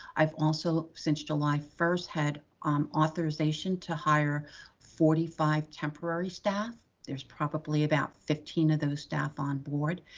i've also since july first had um authorization to hire forty five temporary staff. there's probably about fifteen of those staff on board.